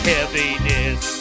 heaviness